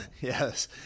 Yes